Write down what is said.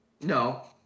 No